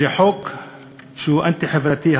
זה חוק שהוא אנטי-חברתי,